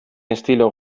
estilo